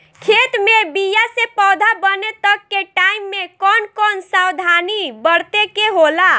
खेत मे बीया से पौधा बने तक के टाइम मे कौन कौन सावधानी बरते के होला?